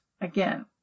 again